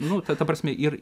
nu ta prasme ir